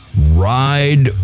Ride